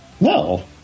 No